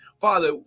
Father